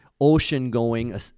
ocean-going